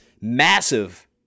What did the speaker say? massive